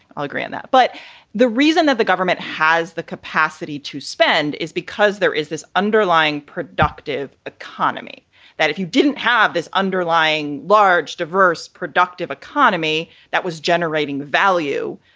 i'll agree on that. but the reason that the government has the capacity to spend is because there is this underlying productive economy that if you didn't have this underlying large, diverse, productive economy that was generating value,